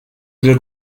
del